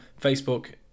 Facebook